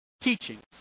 teachings